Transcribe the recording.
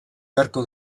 beharko